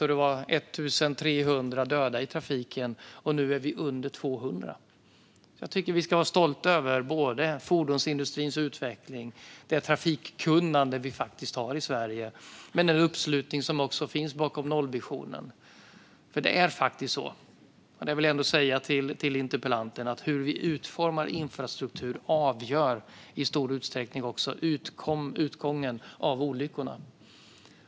Då var det 1 300 döda i trafiken. Nu är det under 200. Jag tycker att vi ska vara stolta över fordonsindustrins utveckling, det trafikkunnande vi faktiskt har i Sverige och över den uppslutning som finns bakom nollvisionen. Det är faktiskt så - det vill jag säga till interpellanten - att hur vi utformar infrastruktur i stor utsträckning avgör utgången av olyckorna.